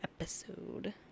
episode